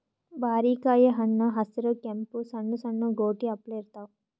ಬಾರಿಕಾಯಿ ಹಣ್ಣ್ ಹಸ್ರ್ ಕೆಂಪ್ ಸಣ್ಣು ಸಣ್ಣು ಗೋಟಿ ಅಪ್ಲೆ ಇರ್ತವ್